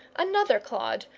another clod,